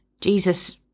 Jesus